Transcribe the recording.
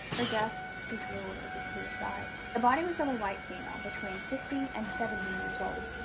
her death was ruled as a suicide. the body was of a white female, between fifty and seventy years old.